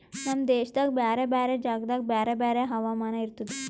ನಮ್ ದೇಶದಾಗ್ ಬ್ಯಾರೆ ಬ್ಯಾರೆ ಜಾಗದಾಗ್ ಬ್ಯಾರೆ ಬ್ಯಾರೆ ಹವಾಮಾನ ಇರ್ತುದ